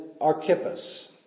Archippus